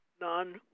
None